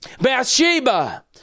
Bathsheba